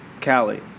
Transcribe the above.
Cali